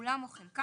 כולם או חלקם,